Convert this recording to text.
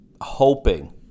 hoping